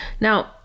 Now